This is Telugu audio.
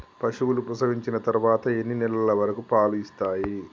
పశువులు ప్రసవించిన తర్వాత ఎన్ని నెలల వరకు పాలు ఇస్తాయి?